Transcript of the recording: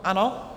Ano?